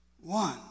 one